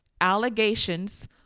Allegations